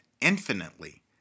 infinitely